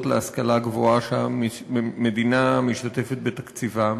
להשכלה גבוהה שהמדינה משתתפת בתקציבם,